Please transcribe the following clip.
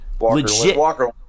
Walker